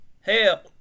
Hell